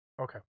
Okay